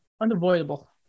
unavoidable